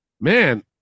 man